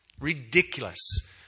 Ridiculous